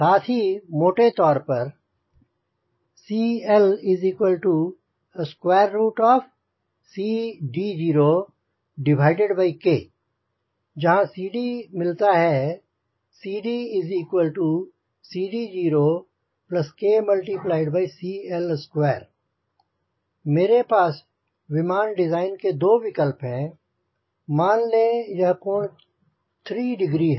साथ ही मोटे तौर पर CLCD0K जहाँ CD मिलता है CDCD0KCL2 मेरे पास विमान डिजाइन के दो विकल्प हैं मान ले यह कोण 3 डिग्री है